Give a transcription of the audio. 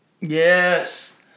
Yes